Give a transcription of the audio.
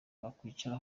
wakwicara